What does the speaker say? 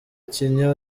ikinya